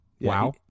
Wow